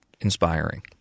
inspiring